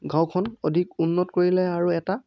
গাঁওখন অধিক উন্নত কৰিলে আৰু এটা